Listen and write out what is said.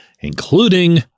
including